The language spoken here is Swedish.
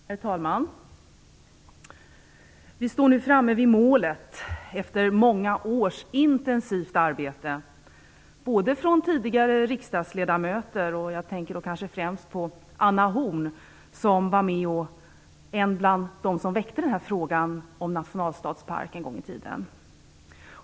Herr talman! Vi står nu framme vid målet efter många års intensivt arbete, bl.a. från tidigare riksdagsledmöter. Jag tänker då kanske främst på Anna Horn af Rantzien, som var en av dem som väckte frågan om nationalstadspark en gång i tiden.